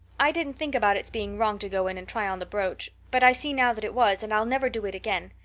i didn't think about its being wrong to go in and try on the brooch but i see now that it was and i'll never do it again.